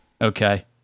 okay